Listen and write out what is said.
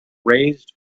raised